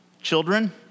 children